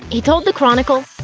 he told the chronicle,